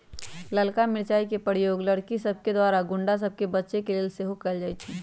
ललका मिरचाइ के प्रयोग लड़कि सभके द्वारा गुण्डा सभ से बचे के लेल सेहो कएल जाइ छइ